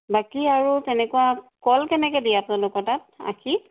বাকী আৰু তেনেকুৱা কল কেনেকৈ দিয়ে আপোনালোকৰ তাত আষি